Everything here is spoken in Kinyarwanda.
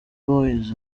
boyz